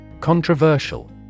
Controversial